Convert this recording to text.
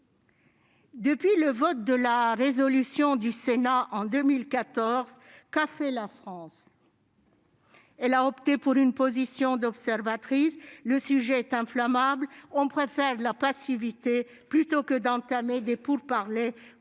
Depuis le vote de la résolution du Sénat en 2014, qu'a fait la France ? Elle a opté pour une position d'observatrice. Le sujet est inflammable. On préfère donc la passivité, plutôt que d'entamer des pourparlers